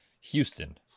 Houston